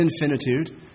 infinitude